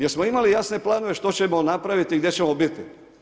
Jesmo smo imali jasne planove što ćemo napraviti i gdje ćemo biti?